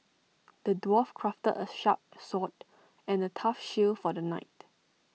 the dwarf crafted A sharp sword and A tough shield for the knight